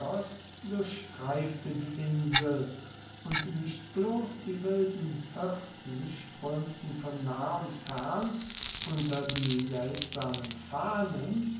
durchstreifte die insel und nicht bloß die wilden hirten strömten von nah und fern unter die seltsamen fahnen